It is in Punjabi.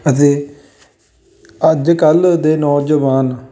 ਅਤੇ ਅੱਜ ਕੱਲ੍ਹ ਦੇ ਨੌਜਵਾਨ